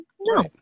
No